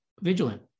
vigilant